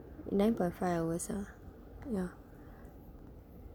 nine point five hours ah ya